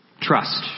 Trust